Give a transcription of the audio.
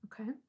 Okay